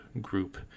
group